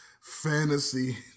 Fantasy